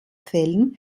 fällen